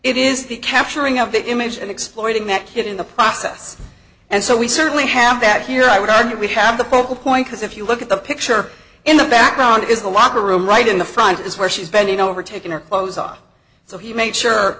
it is the capturing of the image and exploiting that kid in the process and so we certainly have that here i would argue we have the focal point because if you look at the picture in the background is the locker room right in the front is where she's bending over taking her clothes off so he made sure